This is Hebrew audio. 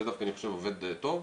זה דווקא אני חושב עובד טוב,